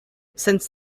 since